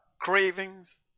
cravings